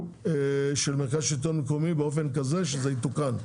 של מרכז השלטון המקומי באופן כזה שזה יתוקן.